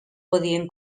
podien